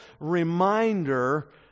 reminder